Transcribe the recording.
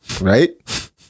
right